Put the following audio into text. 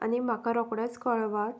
आनी म्हाका रोखडेंच कळवात